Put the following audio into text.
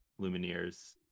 lumineers